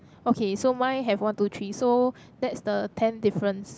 okay so mine have one two three so that's the ten difference